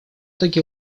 таки